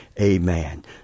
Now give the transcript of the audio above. Amen